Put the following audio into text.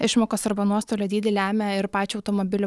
išmokas arba nuostolio dydį lemia ir pačio automobilio